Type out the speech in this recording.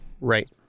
right